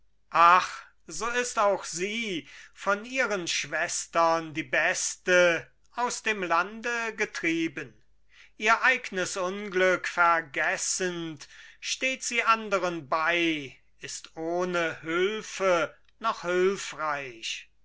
ach so ist auch sie von ihren schwestern die beste aus dem lande getrieben ihr eignes unglück vergessend steht sie anderen bei ist ohne hülfe noch hülfreich